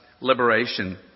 liberation